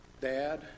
Dad